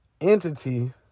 entity